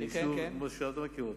שאתה מכיר,